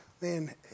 man